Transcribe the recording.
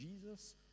Jesus